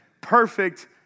perfect